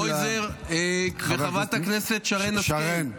קרויזר וחברת הכנסת שרן השכל.